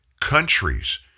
countries